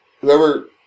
Whoever